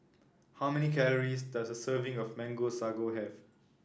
how many calories does a serving of Mango Sago have